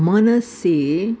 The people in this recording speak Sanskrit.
मनसि